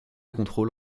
contrôle